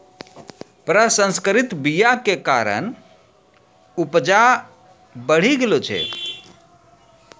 प्रसंकरित बीया के कारण उपजा बढ़ि गेलो छै